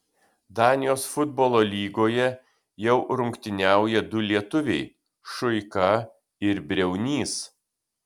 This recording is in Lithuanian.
danijos futbolo lygoje jau rungtyniauja du lietuviai šuika ir briaunys